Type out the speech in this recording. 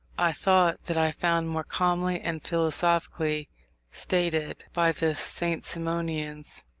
i thought that i found more calmly and philosophically stated by the st. simonians.